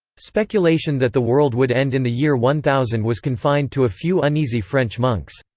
speculation that the world would end in the year one thousand was confined to a few uneasy french monks.